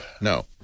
No